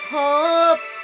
hope